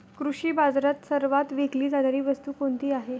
कृषी बाजारात सर्वात विकली जाणारी वस्तू कोणती आहे?